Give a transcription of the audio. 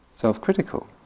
self-critical